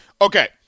Okay